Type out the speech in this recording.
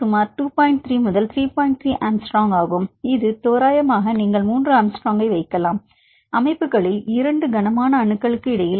3 angstrom ஆகும் இது தோராயமாக நீங்கள் 3 ஆங்ஸ்ட்ரோமை வைக்கலாம் அமைப்புகளில் இரண்டு கனமான அணுக்களுக்கு இடையில்